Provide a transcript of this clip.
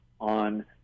on